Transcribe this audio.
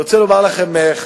בבקשה.